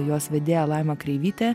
jos vedėja laima kreivytė